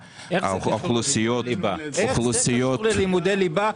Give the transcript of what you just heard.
האוכלוסיות --- איך זה קשור ללימודי ליבה?